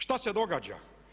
Šta se događa?